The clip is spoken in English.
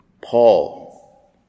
Paul